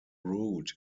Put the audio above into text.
route